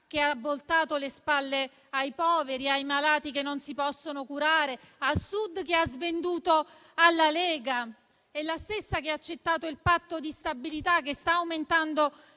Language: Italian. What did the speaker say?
che ha voltato le spalle ai poveri e ai malati che non si possono curare e al Sud, che ha svenduto alla Lega. È la stessa che ha accettato il Patto di stabilità e sta aumentando